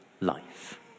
life